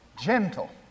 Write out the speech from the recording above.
gentle